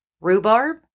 rhubarb